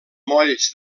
molls